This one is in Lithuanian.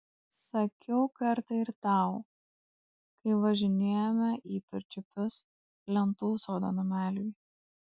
sakiau kartą ir tau kai važinėjome į pirčiupius lentų sodo nameliui